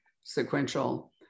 sequential